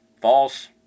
False